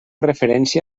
referència